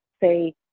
say